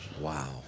Wow